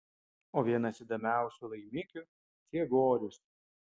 o vienas įdomiausių laimikių ciegorius